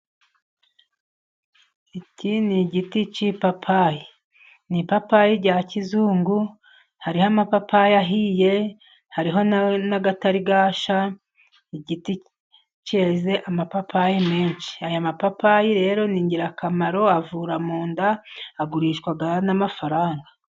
Iki ni igiti cy'ipapayi, ni ipapayi rya kizungu hariho amapapayi ahiye, hariho n'atarasha, iigiti keze amapapayi menshi. Aya mapapayi rero ni ingirakamaro avura mu nda agurishwa. n'amafaranga